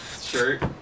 shirt